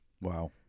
wow